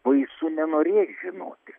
baisu nenorėt žinoti